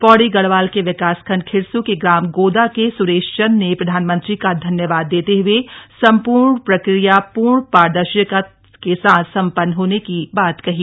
पौड़ी गढ़वाल के विकासखण्ड खिर्सू के ग्राम गोदा के सुरेश चंद्र ने प्रधानमंत्री का धन्यवाद देते हुए सम्पूर्ण प्रक्रिया पूर्ण पारदर्शिता के साथ सम्पन्न होने की बात कही